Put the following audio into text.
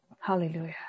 hallelujah